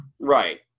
Right